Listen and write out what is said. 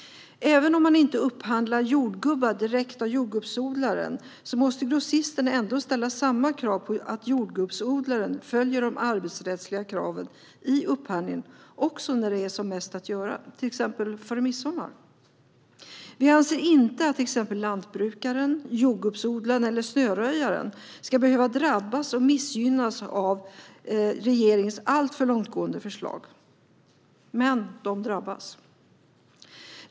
Även om man inte upphandlar jordgubbar direkt av jordgubbsodlaren måste grossisten ändå ställa samma krav på att jordgubbsodlaren följer de arbetsrättsliga kraven i upphandlingen också när det är som mest att göra, till exempel före midsommar. Vi anser inte att exempelvis lantbrukaren, jordgubbsodlaren eller snöröjaren ska behöva drabbas och missgynnas av regeringens alltför långtgående förslag, men de drabbas.